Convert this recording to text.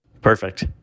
Perfect